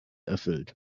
erfüllt